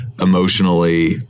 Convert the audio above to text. emotionally